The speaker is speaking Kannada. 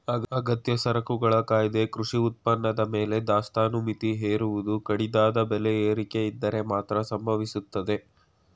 ಅಗತ್ಯ ಸರಕುಗಳ ಕಾಯ್ದೆ ಕೃಷಿ ಉತ್ಪನ್ನದ ಮೇಲೆ ದಾಸ್ತಾನು ಮಿತಿ ಹೇರುವುದು ಕಡಿದಾದ ಬೆಲೆ ಏರಿಕೆಯಿದ್ದರೆ ಮಾತ್ರ ಸಂಭವಿಸ್ತದೆ